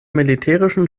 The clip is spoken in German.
militärischen